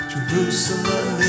Jerusalem